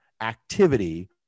activity